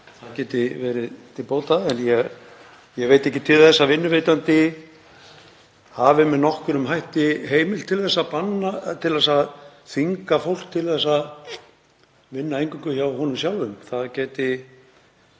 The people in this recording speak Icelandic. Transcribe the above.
það geti verið til bóta en ég veit ekki til þess að vinnuveitandi hafi með nokkrum hætti heimild til að þvinga fólk til að vinna eingöngu hjá honum sjálfum. Ég held